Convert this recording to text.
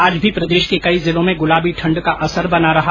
आज भी प्रदेश के कई जिलों में गुलाबी ठंड़ का असर बना रहा